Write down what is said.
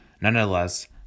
Nonetheless